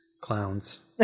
clowns